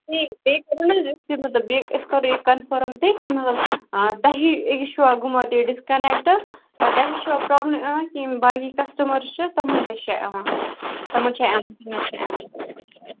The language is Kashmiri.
ٹھیٖک تُہۍ کٔرِو نا حظ یِتھٕ کٔنٮ۪تھ مطلب أسۍ کَرو یہِ کنفٲرٕم تہٕ کیٚنٛہہ نہَ حظ چھُ تُہی یہِ چھُوا گوٚمُت ڈِسکنٮ۪کٹ تُہی چھَوا پرٛابلِم یِوان کِنہٕ یِم باقی کسٹٕمر چھِ تِمن تہِ چھِو یِوان تِمن چھا امہِ کِنٮ۪تھ یِوان